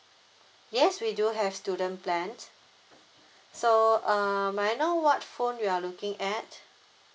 yes we do have student plans so uh may I know what phone you are looking at